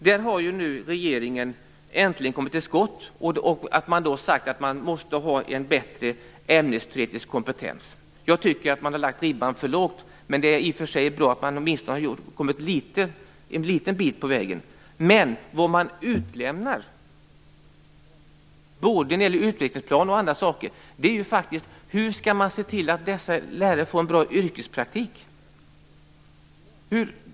Där har nu regeringen äntligen kommit till skott och sagt att lärarna måste ha en bättre ämnesteoretisk kompetens. Jag tycker att man har lagt ribban för lågt. Men det är bra att man åtminstone har kommit en liten bit på väg. Men både i utvecklingsplanen och i övrigt utelämnar man hur man skall se till att dessa lärare får en bra yrkespraktik.